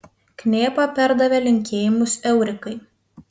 knėpa perdavė linkėjimus eurikai